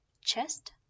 chest